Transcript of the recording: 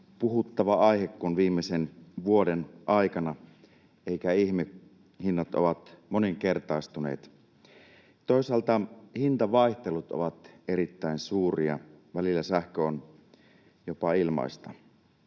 puhuttava aihe kuin viimeisen vuoden aikana, eikä ihme: hinnat ovat moninkertaistuneet. Toisaalta hintavaihtelut ovat erittäin suuria; välillä sähkö on jopa ilmaista.